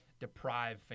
deprive